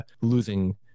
Losing